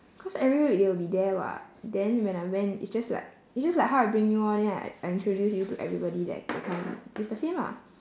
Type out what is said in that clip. cause every week they will be there [what] then when I went it's just like it's just like how I bring you lor then I I introduce you to everybody that that kind it's the same ah